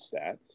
stats